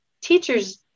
teachers